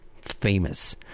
famous